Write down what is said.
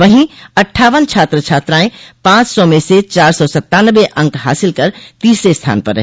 वहीं अठ्ठावन छात्र छात्रायें पाँच सा में से चार सौ सत्तान्नबे अंक हासिल कर तीसरे स्थान पर रहे